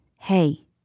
hey